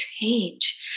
change